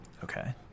Okay